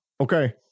okay